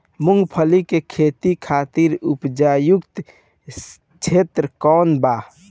मूँगफली के खेती खातिर उपयुक्त क्षेत्र कौन वा?